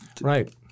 Right